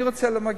אני רוצה למגן.